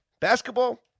Basketball